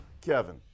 Kevin